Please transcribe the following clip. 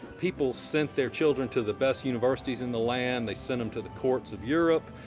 people sent their children to the best universities in the land, they sent them to the courts of europe,